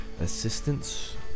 assistance